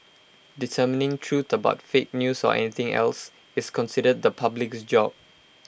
determining truth about fake news or anything else is considered the public's job